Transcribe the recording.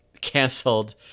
canceled